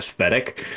aesthetic